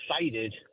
excited